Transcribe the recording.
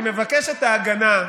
אני מבקש את ההגנה.